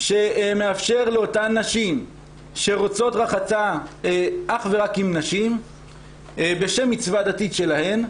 שמאפשר לאותן נשים שרוצות רחצה אך ורק עם נשים בשם מצווה דתית שלהן,